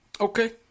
Okay